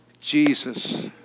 Jesus